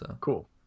Cool